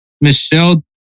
Michelle